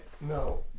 No